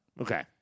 Okay